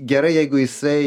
gerai jeigu jisai